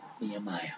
Nehemiah